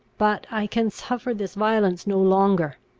but i can suffer this violence no longer.